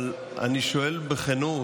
אבל אני שואל בכנות,